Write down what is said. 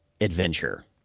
adventure